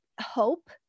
hope